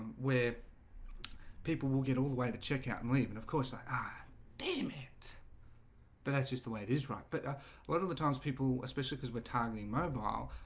where people will get all the way to checkout and leave and of course i ah damn it but that's just the way it is. right, but a lot of the times people especially cuz we're toggling mobile ah